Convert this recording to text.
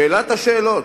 שאלת השאלות,